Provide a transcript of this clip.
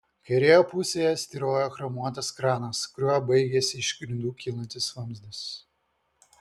kairėje pusėje styrojo chromuotas kranas kuriuo baigėsi iš grindų kylantis vamzdis